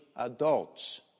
Adults